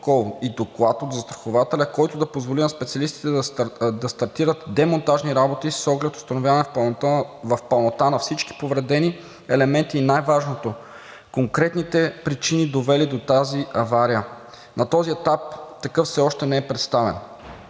и доклад от застрахователя, който да позволи на специалистите да стартират демонтажни работи с оглед установяване в пълнота на всички повредени елементи, и най важното – конкретните причини, довели до тази авария. На този етап такъв все още не е представен.